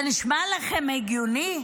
זה נשמע לכם הגיוני?